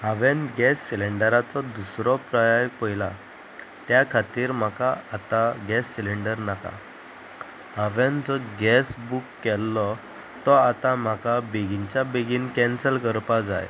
हांवें गॅस सिलेंडराचो दुसरो पर्याय पयला त्या खातीर म्हाका आतां गॅस सिलींडर नाका हांवेन जो गॅस बूक केल्लो तो आतां म्हाका बेगीनच्या बेगीन कॅन्सल करपा जाय